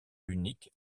unique